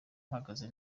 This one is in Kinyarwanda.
mpagaze